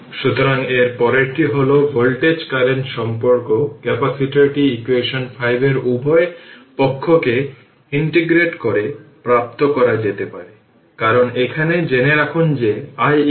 সুতরাং এর পরেরটি হল ভোল্টেজ কারেন্ট সম্পর্ক ক্যাপাসিটরটি ইকুয়েশন 5 এর উভয় পক্ষকে ইন্টিগ্রেট করে প্রাপ্ত করা যেতে পারে কারণ এখানে জেনে রাখুন যে i c dvdt